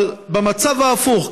אבל במצב ההפוך,